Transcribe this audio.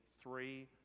three